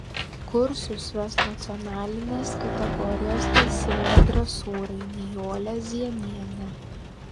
kursus ves nacionalinės kategorijos teisėja dresūrai nijolė zienienė